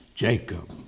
Jacob